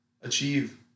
achieve